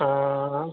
हा